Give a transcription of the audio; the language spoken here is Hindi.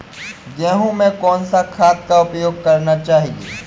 गेहूँ में कौन सा खाद का उपयोग करना चाहिए?